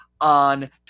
on